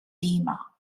edema